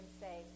say